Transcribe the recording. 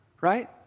right